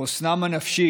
חוסנם הנפשי,